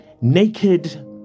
Naked